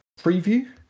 preview